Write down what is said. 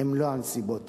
הן לא הנסיבות האלה.